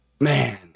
man